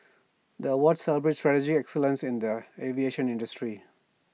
the awards celebrate strategic excellence in the aviation industry